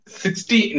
sixty